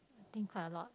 I think quite a lot